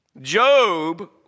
Job